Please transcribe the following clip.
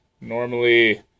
Normally